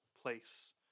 place